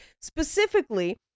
specifically